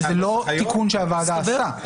שזה לא תיקון שהוועדה עשתה.